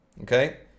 okay